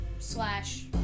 Slash